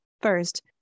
First